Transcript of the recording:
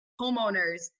homeowners